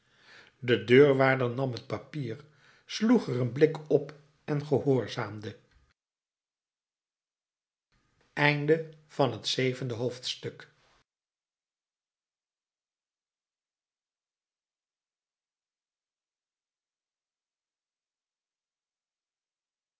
de deurwaarder nam het papier sloeg er een blik op en gehoorzaamde achtste hoofdstuk